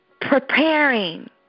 Preparing